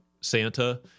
santa